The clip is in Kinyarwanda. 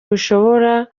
bishobora